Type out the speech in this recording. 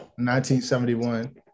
1971